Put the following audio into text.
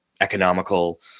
economical